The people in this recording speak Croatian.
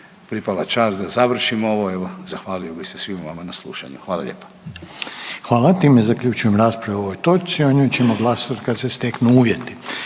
pripala čast da završim ovo, evo, zahvalio bih se svima vama na slušanju. Hvala lijepa. **Reiner, Željko (HDZ)** Hvala. Time zaključujem raspravu o ovoj točci, o njoj ćemo glasovati kad se steknu uvjeti.